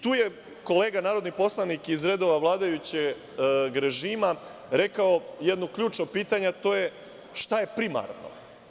Tu je kolega narodni poslanik iz redova vladajućeg režima rekao jedno ključno pitanje, a to je – šta je primarno?